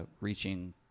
reaching